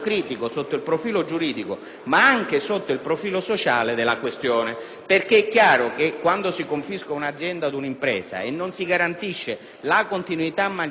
e sociale. Quando si confisca un'azienda o un'impresa e non si garantisce la continuità manageriale in termini di efficienza di quella stessa impresa ma se ne dichiara